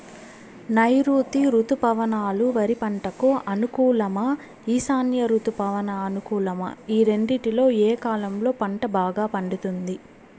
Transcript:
నైరుతి రుతుపవనాలు వరి పంటకు అనుకూలమా ఈశాన్య రుతుపవన అనుకూలమా ఈ రెండింటిలో ఏ కాలంలో పంట బాగా పండుతుంది?